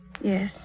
Yes